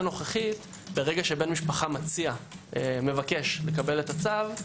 בהצעה הנוכחית ברגע שבן משפחה מבקש לקבל את הצו,